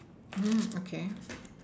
mm okay